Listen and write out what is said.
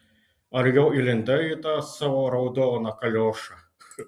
ar jau įlindai į tą savo raudoną kaliošą